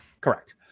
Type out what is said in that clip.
Correct